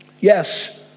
Yes